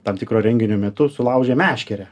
tam tikro renginio metu sulaužė meškerę